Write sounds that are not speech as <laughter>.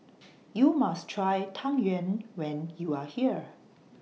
<noise> YOU must Try Tang Yuen when YOU Are here